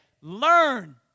learn